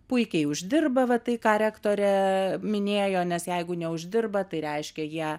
puikiai uždirba va tai ką rektorė minėjo nes jeigu neuždirba tai reiškia jie